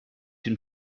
une